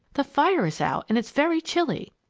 the fire's out and it's very chilly!